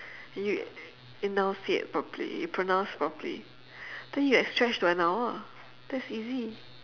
you enunciate properly you pronounce properly then you stretch to an hour that's easy